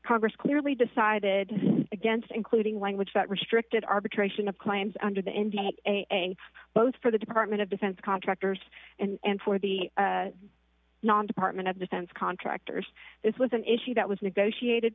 congress clearly decided against including language that restricted arbitration of claims under the indiana a both for the department of defense contractors and for the non department of defense contractors this was an issue that was negotiated